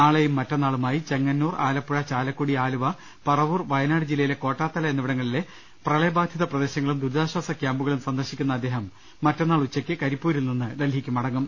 നാളെയും മറ്റന്നാളുമായി ചെങ്ങന്നൂർ ആലപ്പുഴ ചാലക്കുടി ആലുവ പറവൂർ വയനാട് ജില്ലയിലെ കോട്ടാത്തല എന്നിവിടങ്ങളിലെ പ്രളയബാധിത പ്രദേശങ്ങളും ദുരിതാശ്വാസ ക്യാമ്പുകളും സന്ദർശിക്കുന്ന അദ്ദേഹം മറ്റന്നാൾ ഉച്ചയ്ക്ക് കരിപ്പൂരിൽ നിന്ന് ഡൽഹിക്ക് മടങ്ങും